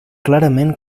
clarament